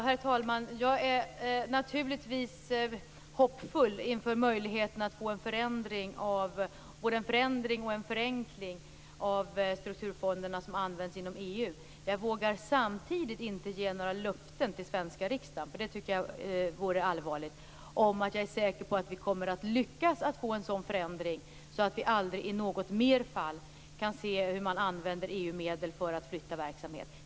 Herr talman! Jag är naturligtvis hoppfull inför möjligheterna att få både en förändring och en förenkling av strukturfonderna som används inom EU. Jag vågar samtidigt inte ge några löften till svenska riksdagen - det tycker jag vore allvarligt - om att jag är säker på att vi kommer att lyckas att få en sådan förändring, så att vi aldrig i något mer fall kan se hur man använder EU-medel för att flytta verksamhet.